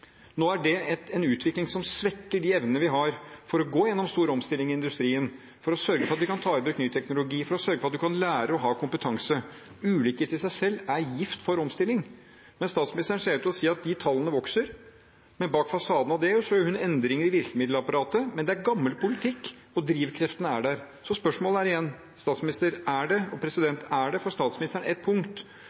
nå er det en utvikling som svekker de evnene vi har til å gå igjennom store omstillinger i industrien, for å sørge for at vi kan ta i bruk ny teknologi, og for å sørge for at man kan lære og ha kompetanse? Ulikhet er i seg selv gift for omstilling. Statsministeren ser ut til å si at de tallene vokser, og bak fasaden av det gjør hun endringer i virkemiddelapparatet, men det er gammel politikk, og drivkreftene er der. Spørsmålet er igjen: Er det for statsministeren et punkt hvor denne ulikhetsutviklingen blir en bekymring, eller er det